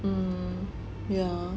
mm yeah